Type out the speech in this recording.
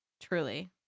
Truly